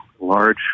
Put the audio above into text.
large